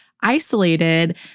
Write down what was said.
isolated